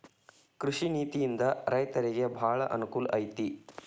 ಕೃಷಿ ನೇತಿಯಿಂದ ರೈತರಿಗೆ ಬಾಳ ಅನಕೂಲ ಐತಿ